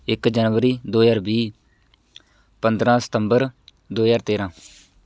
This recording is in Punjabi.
ਇੱਕ ਜਨਵਰੀ ਦੋ ਹਜ਼ਾਰ ਵੀਹ ਪੰਦਰ੍ਹਾਂ ਸਤੰਬਰ ਦੋ ਹਜ਼ਾਰ ਤੇਰ੍ਹਾਂ